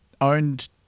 owned